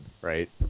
right